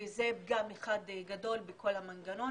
וזה פגם אחד גדול בכל המנגנון